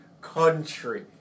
country